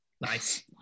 Nice